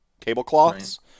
tablecloths